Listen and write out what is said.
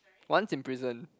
once in prison